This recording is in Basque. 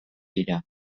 dira